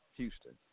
Houston